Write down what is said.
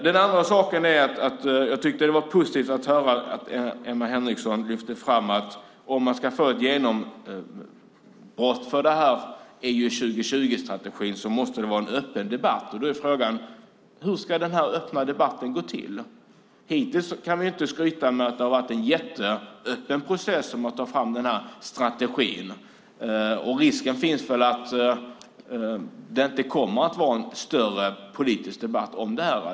Det andra är att jag tyckte att det var positivt att höra att Emma Henriksson lyfte fram att om man ska få ett genombrott för EU 2020-strategin måste det vara en öppen debatt. Då är frågan: Hur ska den öppna debatten gå till? Hittills kan vi inte skryta med att det har varit en jätteöppen process när man har tagit fram strategin. Risken finns väl att det inte kommer att vara någon större politisk debatt om det här.